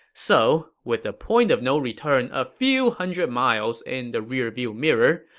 so, with the point of no return a few hundred miles in the rearview mirror,